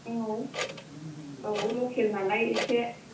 औ औ लकेल नालाय एसे